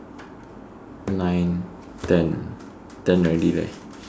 nine ten ten already leh